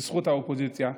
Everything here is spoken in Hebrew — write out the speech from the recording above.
בזכות האופוזיציה,